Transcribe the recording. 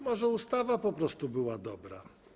Może ustawa po prostu była dobra?